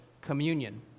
communion